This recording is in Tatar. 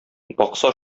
бакса